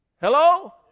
Hello